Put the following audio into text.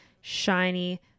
shiny